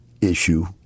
issue